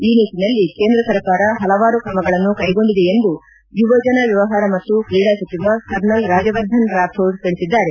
ಈ ನಿಟ್ಟನಲ್ಲಿ ಕೇಂದ್ರ ಸರ್ಕಾರ ಹಲವಾರು ಕ್ರಮಗಳನ್ನು ಕೈಗೊಂಡಿದೆ ಎಂದು ಯುವಜನ ವ್ಯವಹಾರ ಮತ್ತು ಕ್ರೀಡಾ ಸಚಿವ ಕರ್ನಲ್ ರಾಜ್ಯವರ್ಧನ್ ರಾಥೋಡ್ ತಿಳಿಸಿದ್ದಾರೆ